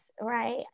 right